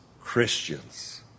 Christians